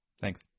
Thanks